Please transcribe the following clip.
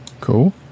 cool